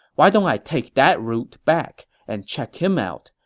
why don't i take that route back and check him out,